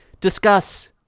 Discuss